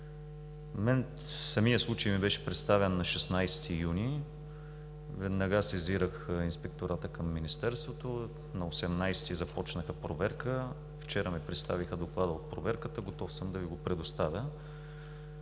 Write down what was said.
мен самият случай ми беше представен на 16 юни. Веднага сезирах Инспектората към Министерството. На 18-и започнаха проверка. Вчера ми представиха доклада от проверката, готов съм да Ви го предоставя.